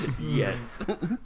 yes